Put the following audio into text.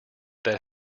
that